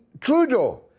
Trudeau